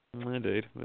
Indeed